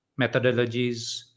methodologies